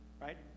Right